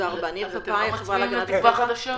אז אתם לא מצביעים לתקווה חדשה?